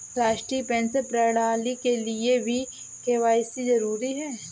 राष्ट्रीय पेंशन प्रणाली के लिए भी के.वाई.सी जरूरी है